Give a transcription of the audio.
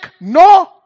no